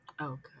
Okay